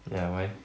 ya why